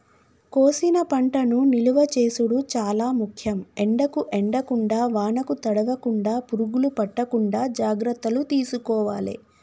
కోసిన పంటను నిలువ చేసుడు చాల ముఖ్యం, ఎండకు ఎండకుండా వానకు తడవకుండ, పురుగులు పట్టకుండా జాగ్రత్తలు తీసుకోవాలె